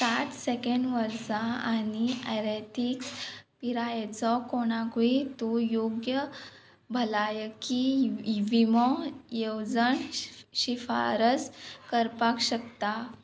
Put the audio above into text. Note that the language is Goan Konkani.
साठ सेकेंड वर्सा आनी आयरेथीक्स पिरायेचो कोणाकूय तूं योग्य भलायकी विमो येवजण शिफारस करपाक शकता